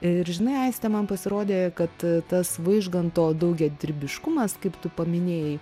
ir žinai aiste man pasirodė kad tas vaižganto daugiadirbiškumas kaip tu paminėjai